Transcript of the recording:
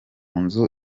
nzu